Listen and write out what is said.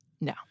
No